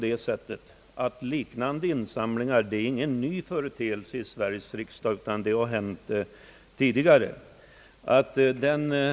Insamlingar av detta slag är ju ingen ny företeelse i Sveriges riksdag, utan det har hänt tidigare att sådana har gjorts.